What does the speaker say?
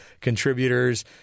contributors